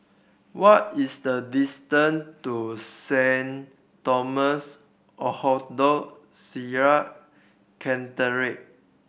what is the distance to Saint Thomas Orthodox Syrian Cathedral